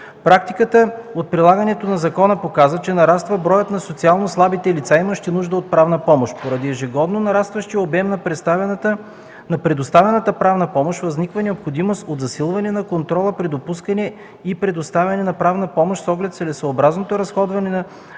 Практиката от прилагането на закона показа, че нараства броят на социално слабите лица, имащи нужда от правна помощ. Поради ежегодно нарастващия обем на предоставената правна помощ възниква необходимост от засилване на контрола при допускане и предоставяне на правна помощ с оглед целесъобразното разходване на предоставените